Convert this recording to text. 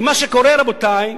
רבותי,